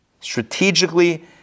Strategically